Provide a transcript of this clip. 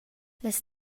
las